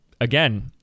again